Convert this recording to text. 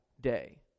day